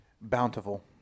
Bountiful